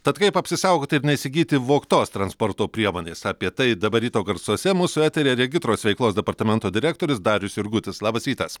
tad kaip apsisaugot ir neįsigyti vogtos transporto priemonės apie tai dabar ryto garsuose mūsų eteryje regitros veiklos departamento direktorius darius jurgutis labas rytas